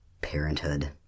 Parenthood